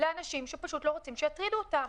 לאנשים שפשוט לא רוצים שיטרידו אותם.